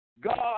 God